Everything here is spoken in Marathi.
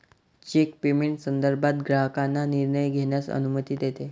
चेक पेमेंट संदर्भात ग्राहकांना निर्णय घेण्यास अनुमती देते